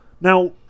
Now